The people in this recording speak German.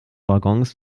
waggons